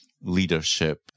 leadership